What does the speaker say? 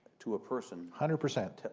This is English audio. to a person hundred percent.